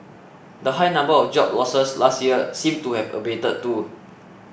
the high number of job losses last year seems to have abated too